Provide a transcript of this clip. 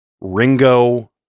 Ringo